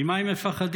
ממה הם מפחדים?